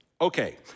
okay